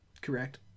Correct